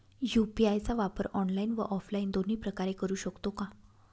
UPI चा वापर online व ऑफलाईन दोन्ही प्रकारे करु शकतो का?